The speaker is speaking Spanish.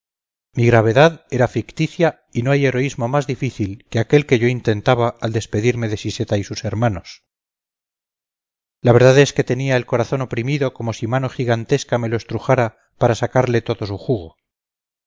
mi gravedad era ficticia y no hay heroísmo más difícil que aquel que yo intentaba al despedirme de siseta y sus hermanos la verdad es que tenía el corazón oprimido como si mano gigantesca me lo estrujara para sacarle todo su jugo